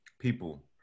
People